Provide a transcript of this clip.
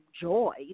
joy